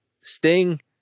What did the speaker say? Sting